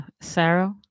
Sarah